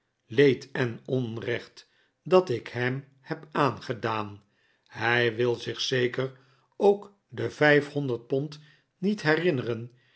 leed en onrecht dat ik hem heb aangedaan hij wil zich zeker ook de vijfhonderd pond niet herinneren